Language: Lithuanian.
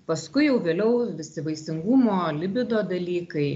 paskui jau vėliau visi vaisingumo libido dalykai